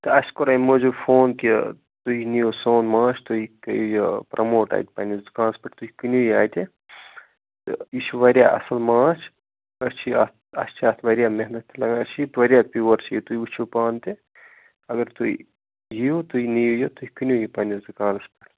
تہٕ اَسہِ کوٚر اَمہِ موجوٗب فون کہِ تُہۍ نِیِو سون ماچھ تُہۍ کٔرِو یہِ پرٛموٹ اَتہِ پنٛنِس دُکانَس پٮ۪ٹھ تُہۍ کٕنِو یہِ اَتہِ تہٕ یہِ چھُ واریاہ اَصٕل ماچھ أسۍ چھِ اَتھ اَسہِ چھِ اَتھ واریاہ محنت تہِ لَگان اَسہِ چھِ یہِ واریاہ پیُور یہِ تُہۍ وٕچھِو پانہٕ تہِ اَگَر تُہۍ ییِو تُہۍ نِیِو یہِ تُہۍ کٕنِو یہِ پنٛنِس دُکانِس پٮ۪ٹھ